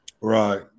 Right